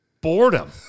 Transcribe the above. boredom